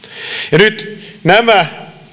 nyt nämä